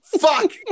Fuck